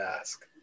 ask